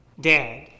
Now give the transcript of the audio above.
Dad